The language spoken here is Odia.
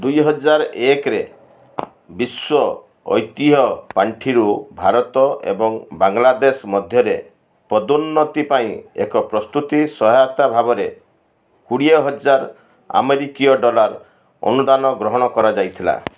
ଦୁଇ ହଜାର ଏକରେ ବିଶ୍ୱ ଐତିହ୍ୟ ପାଣ୍ଠିରୁ ଭାରତ ଏବଂ ବାଂଲାଦେଶ ମଧ୍ୟରେ ପଦୋନ୍ନତି ପାଇଁ ଏକ ପ୍ରସ୍ତୁତି ସହାୟତା ଭାବରେ କୋଡ଼ିଏ ହଜାର ଆମେରିକୀୟ ଡଲାର ଅନୁଦାନ ଗ୍ରହଣ କରାଯାଇଥିଲା